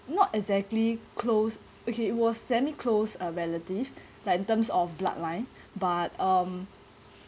not exactly close okay it was semi close uh relatives like in terms of bloodline but um